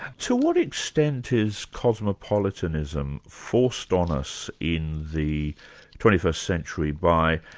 to what extent is cosmopolitanism forced on us in the twenty first century by